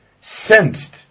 sensed